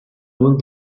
will